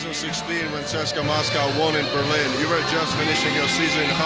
so sixteen when cska moscow won in berlin you were just finishing your season